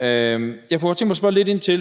Jeg kunne godt tænke mig at spørge lidt ind til